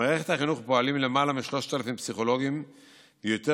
במערכת החינוך פועלים למעלה מ-3,000 פסיכולוגים ויותר